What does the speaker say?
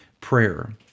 prayer